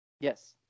Yes